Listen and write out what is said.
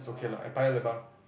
it's okay lah at Paya-Lebar